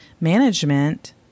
management